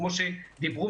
כמו שדיברו,